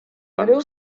and